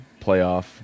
playoff